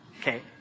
okay